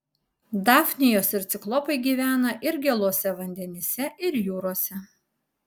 dafnijos ir ciklopai gyvena ir gėluose vandenyse ir jūrose